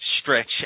stretch